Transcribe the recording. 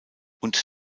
und